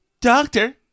doctor